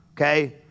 okay